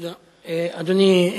אדוני,